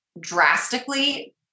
drastically